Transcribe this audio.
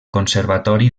conservatori